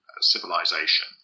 civilization